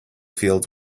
field